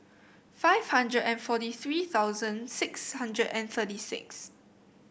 five hundred and forty three thousand six hundred and thirty six